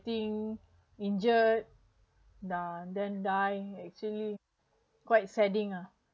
getting injured uh then die actually quite saddening ah